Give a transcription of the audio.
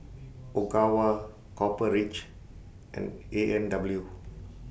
Ogawa Copper Ridge and A and W